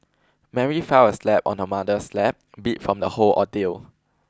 Mary fell asleep on her mother's lap beat from the whole ordeal